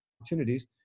opportunities